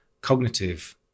cognitive